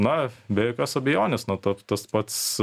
na be jokios abejonės na ta tas pats